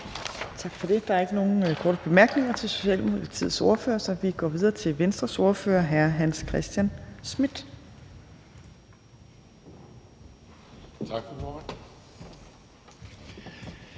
Tak for det. Der er ikke nogen korte bemærkninger til Socialdemokratiets ordfører, så vi går videre til Venstres ordfører, hr. Hans Christian Schmidt.